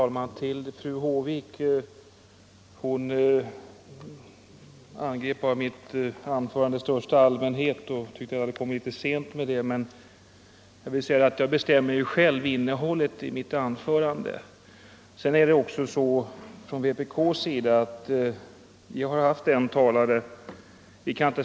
Herr talman! Fru Håvik angrep bara mitt anförande i största allmänhet och tyckte att det kom litet för sent. Jag vill dock säga att jag själv bestämmer innehållet i mitt anförande. Vidare har vi från vpk tidigare bara haft en talare i denna debatt.